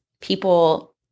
people